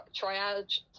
triage